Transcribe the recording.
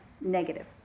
negative